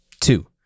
Two